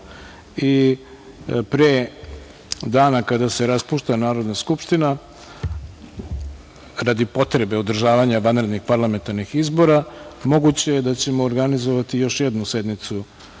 i pre dana kada se raspušta Narodna skupština, radi potrebe održavanja vanrednih parlamentarnih izbora moguće da ćemo organizovati još jednu sednicu